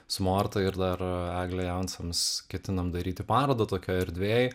su morta ir dar egle jansons ketinam daryti parodą tokioj erdvėj